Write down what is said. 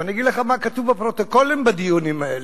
ואני אגיד לך מה כתוב בפרוטוקולים בדיונים האלה.